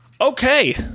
Okay